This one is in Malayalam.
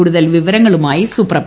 കൂടുതൽ വിവരങ്ങളുമായി സ്പ്രപ്രഭ